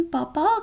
Papa